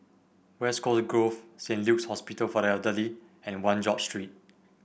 West Coast Grove Saint Luke's Hospital for the Elderly and One George Street